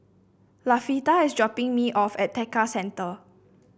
Latifah is dropping me off at Tekka Centre